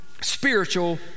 spiritual